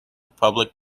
public